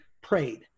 prayed